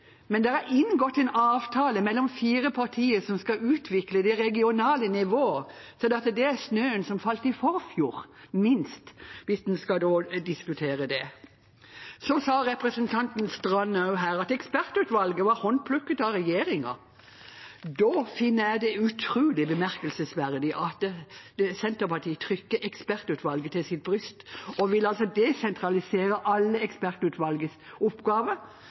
men det er inngått en avtale mellom fire partier som skal utvikle det regionale nivået, så det er snøen som falt i forfjor – minst – hvis en skal diskutere det. Så sa representanten Knutsdatter Strand her at ekspertutvalget var håndplukket av regjeringen. Da finner jeg det utrolig bemerkelsesverdig at Senterpartiet trykker ekspertutvalget til sitt bryst og vil desentralisere alle ekspertutvalgets